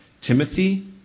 Timothy